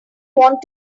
want